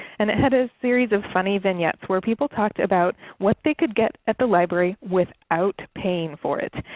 and it had a series of funny vignettes where people talked about what they could get at the library without paying for it.